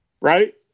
Right